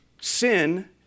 Sin